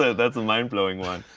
that's a mind blowing one.